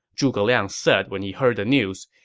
zhuge liang said when he heard the news.